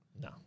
No